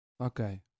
Okay